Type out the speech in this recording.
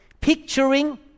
picturing